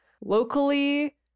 locally